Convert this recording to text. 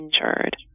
injured